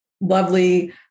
lovely